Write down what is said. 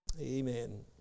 Amen